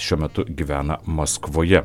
šiuo metu gyvena maskvoje